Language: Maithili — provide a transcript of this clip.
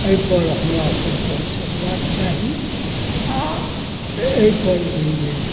एहिपर हमरा सभके सोचबाके चाही आओर एहिपर भी जे